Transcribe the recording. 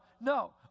No